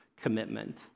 commitment